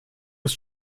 ist